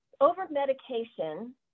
over-medication